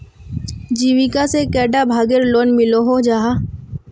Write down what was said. जीविका से कैडा भागेर लोन मिलोहो जाहा?